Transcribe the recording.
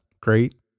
great